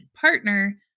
partner